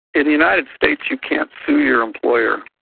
in the united states you can't sue your employer.